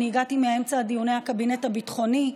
אני הגעתי מאמצע דיוני הקבינט הביטחוני,